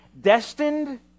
destined